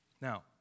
Now